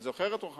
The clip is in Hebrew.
את זוכרת, רוחמה?